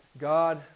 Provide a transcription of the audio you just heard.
God